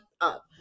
up